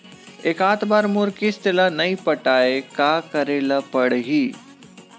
एकात बार मोर किस्त ला नई पटाय का करे ला पड़ही?